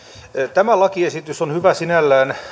tämä lakiesitys on hyvä sinällään